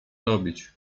robić